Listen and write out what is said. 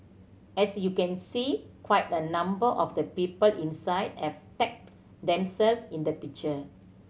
as you can see quite a number of the people inside have tagged themselves in the picture